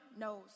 knows